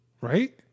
Right